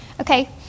Okay